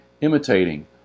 imitating